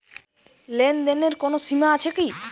লেনদেনের কোনো সীমা আছে কি?